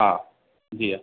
हा जी हा